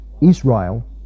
Israel